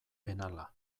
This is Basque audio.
penala